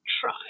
try